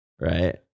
Right